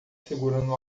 segurando